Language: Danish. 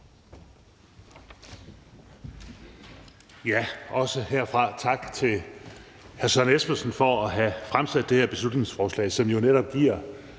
(S): Også herfra tak til hr. Søren Espersen for at have fremsat det her beslutningsforslag, som jo netop giver